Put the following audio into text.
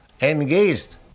engaged